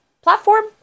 platform